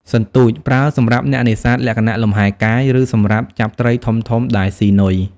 សន្ទួច ប្រើសម្រាប់អ្នកនេសាទលក្ខណៈលំហែកាយ ឬសម្រាប់ចាប់ត្រីធំៗដែលស៊ីនុយ។